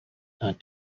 not